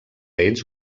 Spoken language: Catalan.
ells